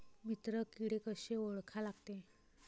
मित्र किडे कशे ओळखा लागते?